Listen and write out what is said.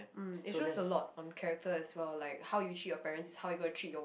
mm it just a lot on character as well like how you treat your parents how you gonna treat your